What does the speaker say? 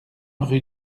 rue